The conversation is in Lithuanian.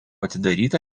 atidaryta